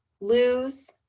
lose